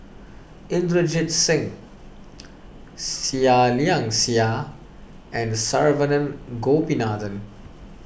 Inderjit Singh Seah Liang Seah and Saravanan Gopinathan